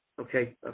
okay